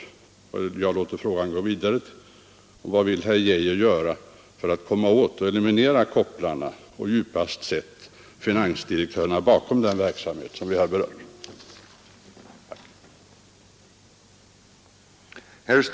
Jag låter Ang. s.k. sexklubbars verksamhet och frågan gå vidare. Och vad vill herr Geijer göra för att komma åt och eliminera kopplarna och djupast sett finansdirektörerna bakom den verksamhet vi här berört?